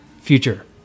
future